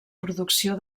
producció